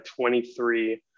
23